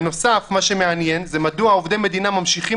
בנוסף מה שמעניין זה מדוע עובדי מדינה ממשיכים